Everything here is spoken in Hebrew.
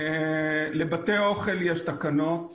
לבתי אוכל יש תקנות,